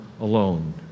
alone